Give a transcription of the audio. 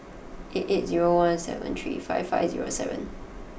eight eight zero one seven three five five zero seven